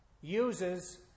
uses